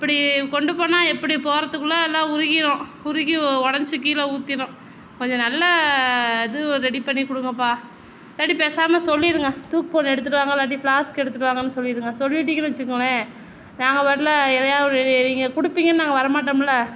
இப்படி கொண்டு போனால் எப்படி போகிறதுக்குள்ள எல்லாம் உருகிரும் உருகி உடஞ்சி கீழே ஊத்திடும் கொஞ்சம் நல்ல இது ரெடி பண்ணிக் கொடுங்கப்பா இல்லாட்டி பேசமால் சொல்லிடுங்க தூக்குப்போனி எடுத்துகிட்டு வாங்க இல்லாட்டி ஃப்ளாஸ்க் எடுத்துவாங்கன்னு சொல்லிடுங்க சொல்லிட்டிங்கனு வெச்சிக்கோங்களேன் நாங்க பாட்டுல எதையா ஒரு நீங்கள் கொடுப்பீங்கன் நாங்கள் வர மாட்டோம்ல